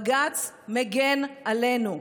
בג"ץ מגן עלינו.